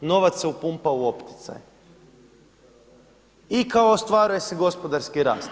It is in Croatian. Novac se upumpa u opticaj i kao ostvaruje se gospodarski rast.